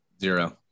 Zero